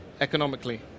economically